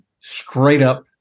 straight-up